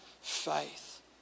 faith